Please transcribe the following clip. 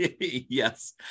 yes